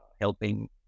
helping